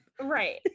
Right